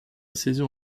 saison